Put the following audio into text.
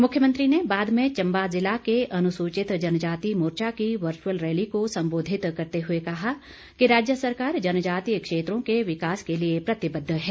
मुख्यमंत्री ने बाद में चम्बा जिला के अनुसूचित जनजाति मोर्चा की वर्चुअल रैली को सम्बोधित करते हुए कहा कि राज्य सरकार जनजातीय क्षेत्रों के विकास के लिए प्रतिबद्ध है